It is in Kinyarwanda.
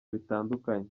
bitandukanye